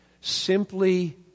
Simply